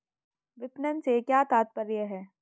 विपणन से क्या तात्पर्य है?